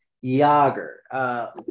Yager